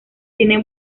tiene